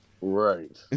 Right